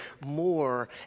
more